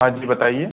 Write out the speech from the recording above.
हाँ जी बताइए